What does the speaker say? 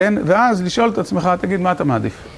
כן, ואז לשאול את עצמך, תגיד מה אתה מעדיף.